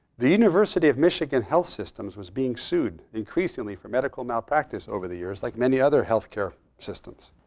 the university of michigan health systems was being sued increasingly for medical malpractice over the years, like many other health care systems.